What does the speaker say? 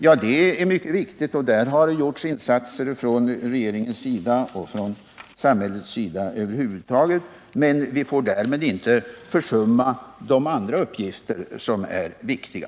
Ja, det är mycket viktigt, och där har gjorts insatser från regeringens sida och från samhällets sida över huvud taget, men vi får därmed inte försumma andra uppgifter som är viktiga.